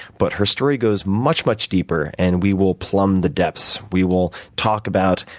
but her story goes much, much deeper, and we will plumb the depths. we will talk about,